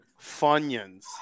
Funyuns